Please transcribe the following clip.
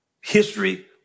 history